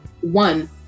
one